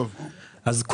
אז,